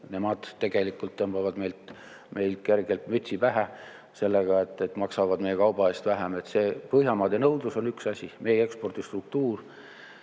Nemad tegelikult tõmbavad meile kergelt mütsi pähe sellega, et maksavad meie kauba eest vähem. See Põhjamaade nõudlus ehk meie ekspordistruktuur